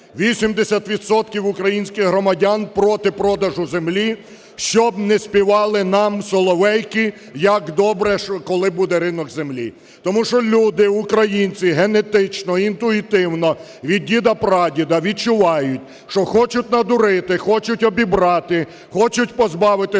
українських громадян проти продажу землі, що б не співали нам "соловейки", як добре, коли буде ринок землі. Тому що люди, українці, генетично, інтуїтивно, від діда-прадіда відчувають, що хочуть надурити, хочуть обібрати, хочуть позбавити землі